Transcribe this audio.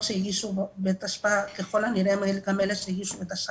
שהגישו בתשפ"א הם ככל הנראה גם אלה שהגישו בתש"ף.